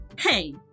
Hey